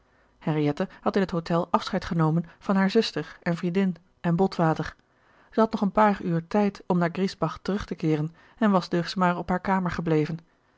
henriette had in het hotel afscheid genomen van hare zuster en vriendin en botwater zij had nog een paar uur tijd om naar griesbach terug te keeren en was dus maar op hare kamer gebleven